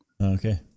okay